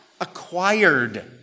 acquired